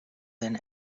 than